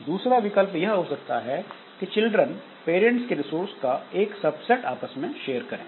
दूसरा विकल्प यह हो सकता है कि चिल्ड्रन पेरेंट्स के रिसोर्स का एक सबसेट आपस में शेयर करें